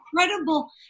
incredible